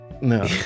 No